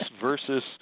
versus